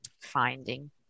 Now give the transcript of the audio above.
finding